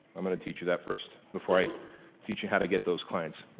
i'm gonna teach you that first before i teach you how to get those clients.